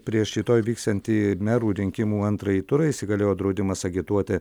prieš rytoj vyksiantį merų rinkimų antrąjį turą įsigaliojo draudimas agituoti